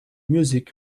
music